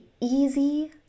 easy